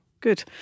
Good